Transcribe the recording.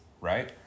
Right